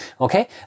Okay